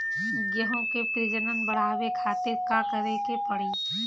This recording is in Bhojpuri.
गेहूं के प्रजनन बढ़ावे खातिर का करे के पड़ी?